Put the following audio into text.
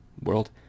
World